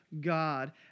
God